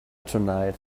tonight